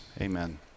amen